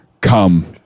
come